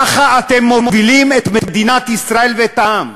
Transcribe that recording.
ככה אתם מובילים את מדינת ישראל ואת העם.